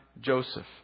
Joseph